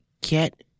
get